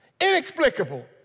Inexplicable